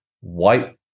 white